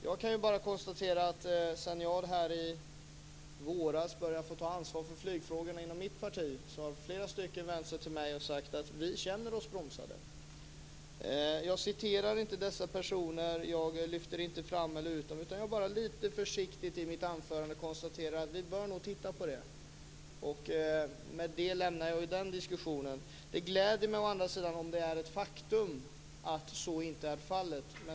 Jag kan bara konstatera att sedan jag i våras började få ta ansvar för flygfrågorna i mitt parti har flera stycken vänt sig till mig och sagt: Vi känner oss bromsade. Jag citerar inte dessa personer, jag lyfter inte fram dem, utan jag konstaterar bara lite försiktigt i mitt anförande att vi nog bör titta närmare på detta. Med det lämnar jag den diskussionen. Om det är ett faktum att så inte är fallet gläder det mig.